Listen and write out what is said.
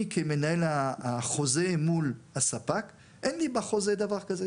אני כמנהל החוזה מול הספק, אין לי בחוזה דבר כזה.